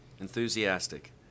enthusiastic